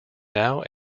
now